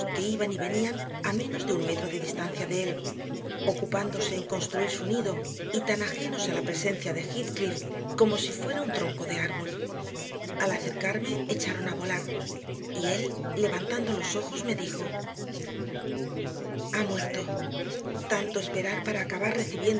que iban y venían a menos de un metro de distancia de él ocupándose en construir su nido y tan ajenos a la presencia de heathcliff como si fuera un tronco de árbol al acercarme echaron a volar y él levantando los ojos me dijo ha muerto tanto esperar para acabar